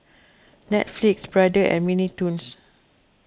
Netflix Brother and Mini Toons